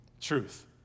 Truth